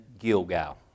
Gilgal